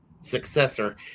successor